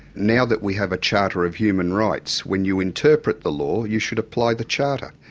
now that we have a charter of human rights, when you interpret the law, you should apply the charter,